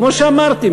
כמו שאמרתי,